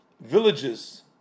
villages